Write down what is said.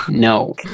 No